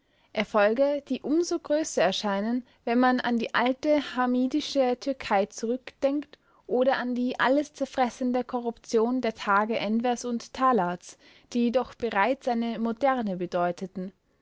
erfolge die um so größer erscheinen wenn man an die alte hamidische türkei zurückdenkt oder an die alles zerfressende korruption der tage envers und talaats die doch bereits eine moderne bedeuteten